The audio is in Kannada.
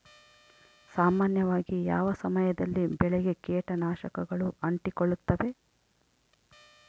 ಸಾಮಾನ್ಯವಾಗಿ ಯಾವ ಸಮಯದಲ್ಲಿ ಬೆಳೆಗೆ ಕೇಟನಾಶಕಗಳು ಅಂಟಿಕೊಳ್ಳುತ್ತವೆ?